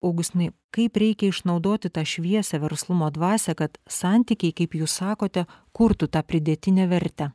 augustinai kaip reikia išnaudoti tą šviesą verslumo dvasią kad santykiai kaip jūs sakote kurtų tą pridėtinę vertę